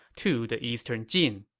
to the eastern jin